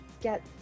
get